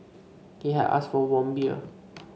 he had asked for warm beer